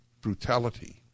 brutality